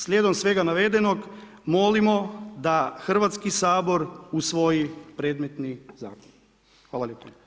Slijedom svega navedenog, molim da Hrvatski sabor usvoji predmetni zakon, hvala lijepo.